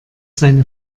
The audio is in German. seine